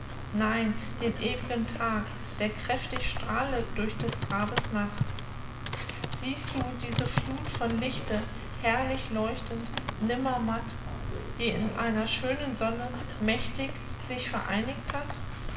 nein den ew'gen tag der kräftig strahlet durch des grabes nacht siehst du diese fluth von lichte herrlich leuchtend nimmer matt die in einer schönen sonne mächtig sich vereinigt hat